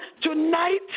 tonight